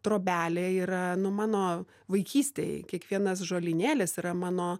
trobelė yra nu mano vaikystėj kiekvienas žolynėlis yra mano